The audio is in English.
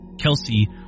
Kelsey